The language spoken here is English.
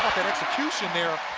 execution there